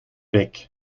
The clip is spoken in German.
weg